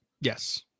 Yes